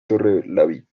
torrelavit